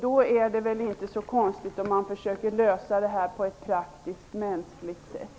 Det är väl inte så konstigt att man försöker lösa det på ett praktiskt, mänskligt sätt.